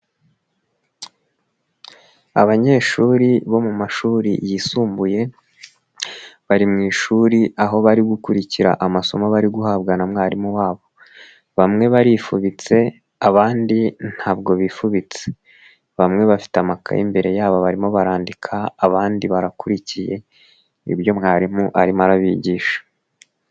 Abanyeshuri bo mu mashuri yisumbuye, bari mu ishuri aho bari gukurikira amasomo bari guhabwa na mwarimu wabo, bamwe barifubitse, abandi ntabwo bifubitse, bamwe bafite amakaye imbere yabo barimo barandika, abandi barakurikiye, ibyo mwarimu arimo arabigisha.